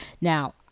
Now